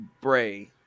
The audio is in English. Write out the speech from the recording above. Bray